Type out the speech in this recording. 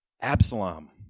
Absalom